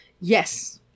Yes